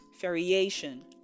variation